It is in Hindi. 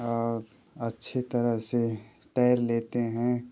और अच्छे तरह से तैर लेते हैं